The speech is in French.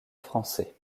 français